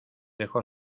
dejó